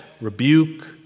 rebuke